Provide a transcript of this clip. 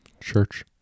Church